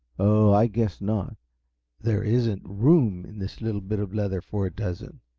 oh, i guess not there isn't room in this little bit of leather for a dozen.